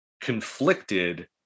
conflicted